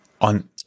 on